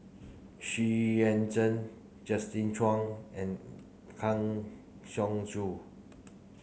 Xu Yuan Zhen Justin Zhuang and Kang Siong Joo